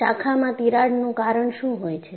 શાખામાં તિરાડનું કારણ શું હોય છે